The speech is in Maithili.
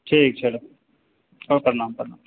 ठीक छै तऽ प्रणाम प्रणाम